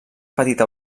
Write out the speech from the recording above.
petita